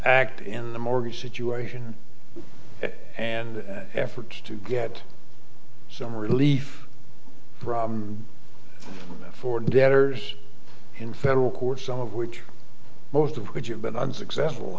act in the mortgage situation and efforts to get some relief from four debtors in federal court some of which most of which have been unsuccessful